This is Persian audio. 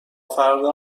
فردا